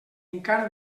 encara